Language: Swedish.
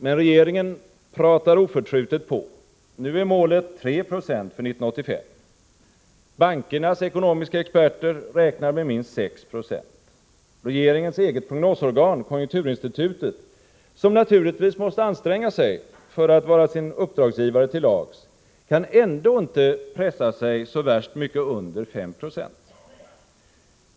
Men regeringen pratar oförtrutet på. Nu är målet 3 26 för 1985. Bankernas ekonomiska experter räknar med minst 6 26. Regeringens eget prognosorgan, konjunkturinstitutet, som naturligtvis måste anstränga sig att vara sin uppdragsgivare till lags, kan ändå inte pressa sig så värst mycket under 5 96.